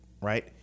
right